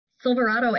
Silverado